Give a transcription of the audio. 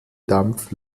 dampf